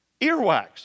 Earwax